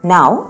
Now